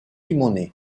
money